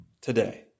today